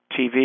TV